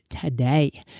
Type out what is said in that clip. today